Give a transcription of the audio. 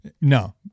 No